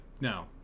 no